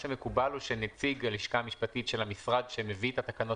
מקובל שנציג הלשכה המשפטית של המשרד שמביא את התקנות